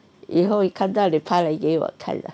以后你看到你拍了给我看 lah